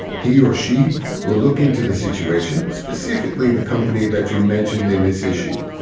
he or she will look into the situation, specifically the company that you mentioned in this issue.